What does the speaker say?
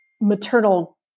maternal